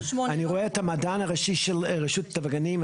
אני רואה את המדען הראשי של רשות הטבע והגנים.